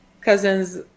cousins